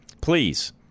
please